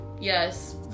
yes